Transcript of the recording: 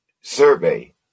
survey